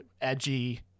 edgy